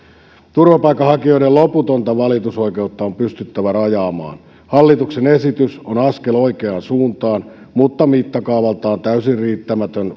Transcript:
turvapaikanhakijoiden loputonta valitusoikeutta on pystyttävä rajaamaan hallituksen esitys on askel oikeaan suuntaan mutta mittakaavaltaan täysin riittämätön